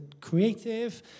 creative